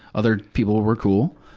other people were cool.